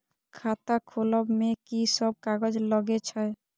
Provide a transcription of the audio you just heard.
खाता खोलब में की सब कागज लगे छै?